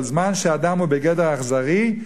שכל זמן שהאדם הוא בגדר אכזרי,